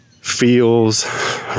feels